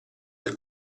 del